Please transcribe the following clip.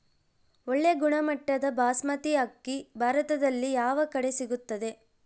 ಒಳ್ಳೆ ಗುಣಮಟ್ಟದ ಬಾಸ್ಮತಿ ಅಕ್ಕಿ ಭಾರತದಲ್ಲಿ ಯಾವ ಕಡೆ ಸಿಗುತ್ತದೆ?